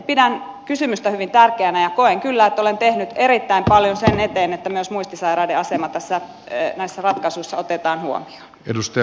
pidän kysymystä hyvin tärkeänä ja koen kyllä että olen tehnyt erittäin paljon sen eteen että myös muistisairaiden asema näissä ratkaisuissa otetaan huomioon